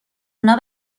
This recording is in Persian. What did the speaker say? اونا